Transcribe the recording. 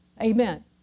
Amen